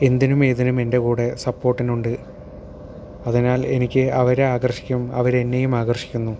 എന്തിനും ഏതിനും എൻ്റെ കൂടെ സപ്പോർട്ടിനുണ്ട് അതിനാൽ എനിക്ക് അവരെ ആകർഷിക്കും അവരെന്നേയും ആകർഷിക്കുന്നു